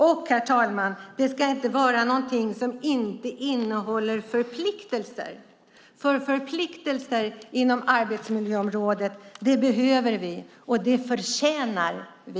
Och, herr talman, det ska inte vara någonting som inte innehåller förpliktelser, för förpliktelser inom arbetsmiljöområdet behöver vi och det förtjänar vi.